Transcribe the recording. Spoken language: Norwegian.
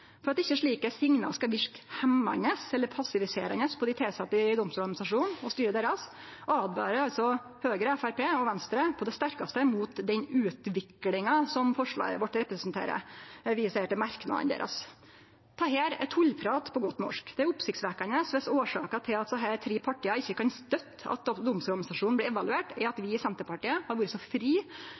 i verste fall virke hemmende eller passiviserende på Domstoladministrasjonens ansatte og styre, og det er en utvikling disse medlemmer vil advare mot på det aller sterkeste.» Dette er tullprat, på godt norsk. Det er oppsiktsvekkjande viss årsaka til at desse tre partia ikkje kan støtte at Domstoladministrasjonen blir evaluert, er at vi i Senterpartiet har vore så